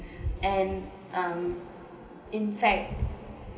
and um in fact